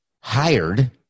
hired